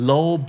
Low